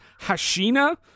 hashina